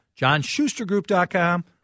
johnschustergroup.com